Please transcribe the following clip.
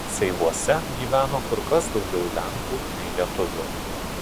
seivuose gyveno kur kas daugiau lenkų nei lietuvių